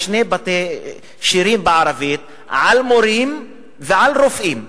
יש שני בתי שיר בערבית על מורים ועל רופאים.